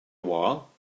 while